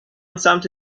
سمت